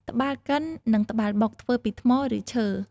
ត្បាល់កិន និងត្បាល់បុក ធ្វើពីថ្ម ឬឈើ។